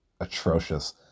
atrocious